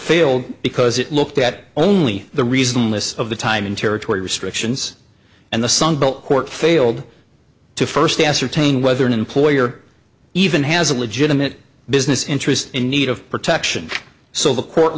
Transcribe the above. failed because it looked at only the reason lists of the time and territory restrictions and the sunbelt court failed to first ascertain whether an employer even has a legitimate business interest in need of protection